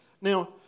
Now